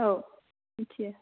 औ मिथियो